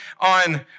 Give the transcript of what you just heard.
on